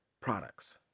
products